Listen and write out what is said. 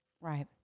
Right